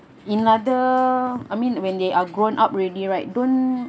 in other I mean when they are grown up already right don't